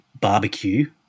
barbecue